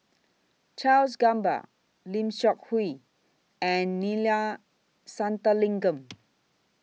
Charles Gamba Lim Seok Hui and Neila Sathyalingam